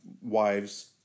wives